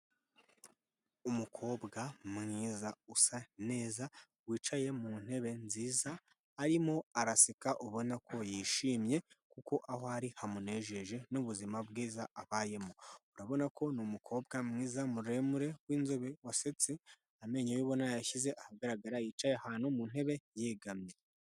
Umukobwa mwiza usa neza, wicaye mu ntebe nziza, arimo araseka ubona ko yishimye kuko aho ari hamunejeje n'ubuzima bwiza abayemo, urabona ko ni umukobwa mwiza muremure w'inzobe wasetse, amenyo ye ubona yayashyize ahagaragara yicaye ahantu mu ntebe yegamye.